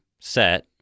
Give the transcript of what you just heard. set